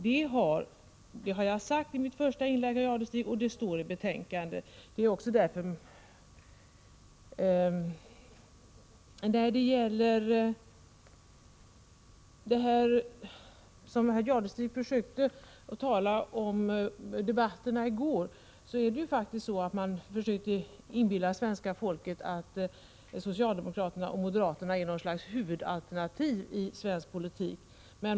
Detta har jag sagt i mitt första inlägg, herr Jadestig, och det står också att läsa i betänkandet. Herr Jadestig försökte föra in diskussionen på de debatter som fördes i går. Det är faktiskt så att man försöker inbilla svenska folket att socialdemokraterna och moderaterna är något slags huvudalternativ i svensk politik.